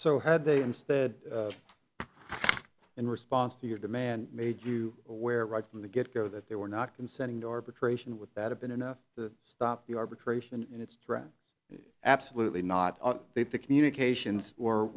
so had they instead in response to your demand made you aware right from the get go that they were not consenting to arbitration with that have been enough to stop the arbitration and it's absolutely not they to communications or